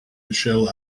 michele